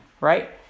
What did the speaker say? right